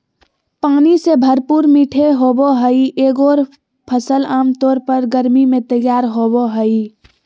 पानी से भरपूर मीठे होबो हइ एगोर फ़सल आमतौर पर गर्मी में तैयार होबो हइ